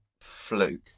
fluke